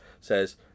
says